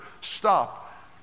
stop